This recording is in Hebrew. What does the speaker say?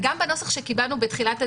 בנוסח שקיבלנו בתחילת הדיון,